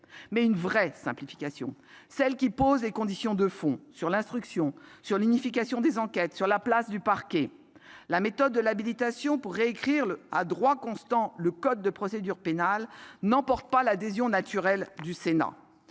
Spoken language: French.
qui soit l'occasion de poser les questions de fond sur l'instruction, sur l'unification des enquêtes, sur la place du parquet. La méthode de l'habilitation pour réécrire à droit constant le code de procédure pénale n'emporte pas l'adhésion naturelle du Sénat.